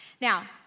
Now